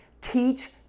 Teach